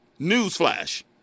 Newsflash